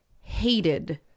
hated